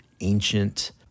ancient